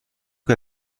que